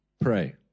pray